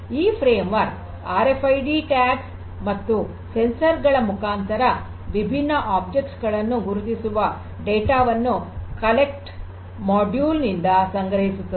ಈ framework R F I D tags ಮತ್ತು sensors ಮುಖಾಂತರ ವಿಭಿನ್ನ ವಸ್ತುಗಳನ್ನು ಗುರುತಿಸಿರುವ ಡೇಟಾ ವನ್ನು ಸಂಗ್ರಹ ಮಾಡ್ಯೂಲ್ ನಿಂದ ಸಂಗ್ರಹಿಸುತ್ತದೆ